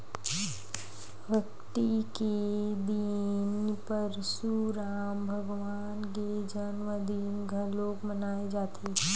अक्ती के दिन परसुराम भगवान के जनमदिन घलोक मनाए जाथे